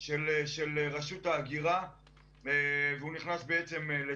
של רשות ההגירה לתוקף.